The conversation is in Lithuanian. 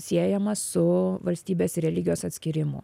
siejamas su valstybės ir religijos atskyrimu